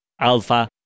alpha